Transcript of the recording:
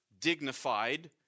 dignified